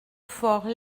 fort